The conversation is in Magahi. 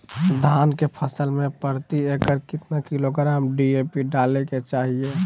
धान के फसल में प्रति एकड़ कितना किलोग्राम डी.ए.पी डाले के चाहिए?